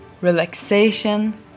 relaxation